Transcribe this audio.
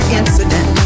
incident